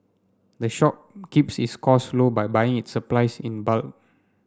the shop keeps its costs low by buying its supplies in bulk